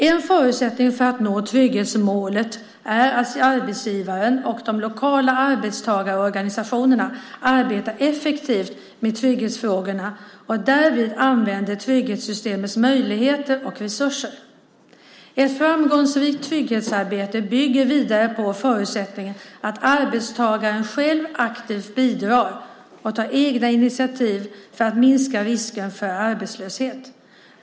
En förutsättning för att nå trygghetsmålet är att arbetsgivaren och de lokala arbetstagarorganisationerna arbetar effektivt med trygghetsfrågorna och därvid använder trygghetssystemets möjligheter och resurser. Ett framgångsrikt trygghetsarbete bygger vidare på förutsättningen att arbetstagaren själv aktivt bidrar och tar egna initiativ för att minska risken för arbetslöshet.